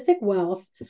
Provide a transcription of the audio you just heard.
wealth